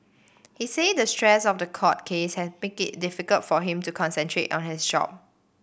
he said the stress of the court case has made it difficult for him to concentrate on his job